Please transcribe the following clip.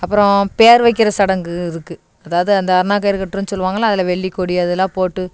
அப்புறம் பெயரு வைக்கின்ற சடங்கு இருக்குது அதாவது அந்த அருணாக்கயிறு கட்டுறதுன்னு சொல்லுவாங்கள் அதில் வெள்ளிக்கொடி அதெலாம் போட்டு